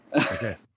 okay